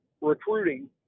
recruiting